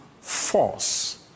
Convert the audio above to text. force